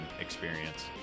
experience